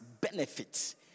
benefits